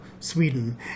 Sweden